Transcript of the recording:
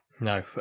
No